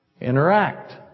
interact